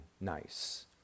nice